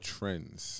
Trends